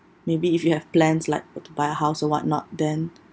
maybe if you have plans like uh to buy a house or whatnot then